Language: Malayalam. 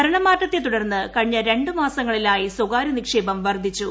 ഭരണമാറ്റത്തെ തുടർന്ന് കഴിഞ്ഞ രണ്ടു മാസങ്ങളിലായ്പി സ്ക്കാര്യ നിക്ഷേപം വർധിച്ചു